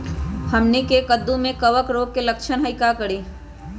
हमनी के कददु में कवक रोग के लक्षण हई का करी?